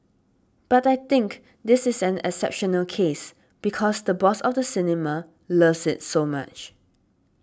but I think this is an exceptional case because the boss of the cinema loves it so much